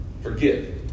Forgive